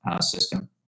system